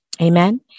Amen